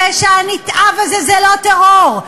הפשע הנתעב הזה, זה לא טרור.